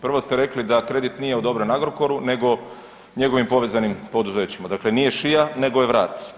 Prvo ste rekli da kredit nije odobren Agrokoru nego njegovim povezanim poduzećima, dakle nije šija nego je vrat.